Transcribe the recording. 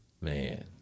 Man